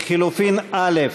לחלופין (א)